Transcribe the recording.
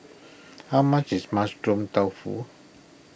how much is Mushroom Tofu